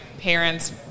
parents